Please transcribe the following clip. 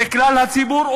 זה כלל הציבור,